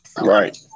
Right